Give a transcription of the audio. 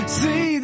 see